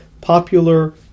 popular